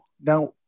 Now